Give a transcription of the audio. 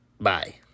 bye